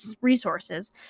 resources